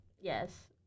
Yes